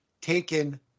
taken